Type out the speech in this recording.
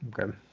Okay